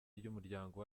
ry’umuryango